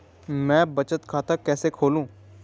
मैं बचत खाता कैसे खोलूँ?